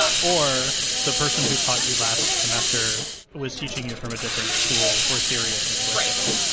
um or the person who taught you last semester was teaching you from a different school or theory of linguistics.